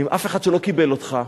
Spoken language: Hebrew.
ואף אחד לא קיבל אותך.